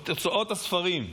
את הוצאות הספרים.